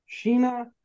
sheena